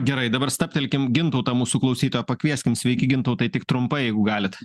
gerai dabar stabtelkim gintautą mūsų klausytoją pakvieskim sveiki gintautai tik trumpai jeigu galit